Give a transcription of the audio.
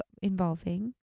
involving